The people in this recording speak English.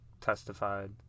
testified